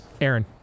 Aaron